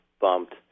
bumped